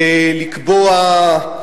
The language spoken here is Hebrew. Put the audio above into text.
ולקבוע,